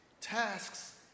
tasks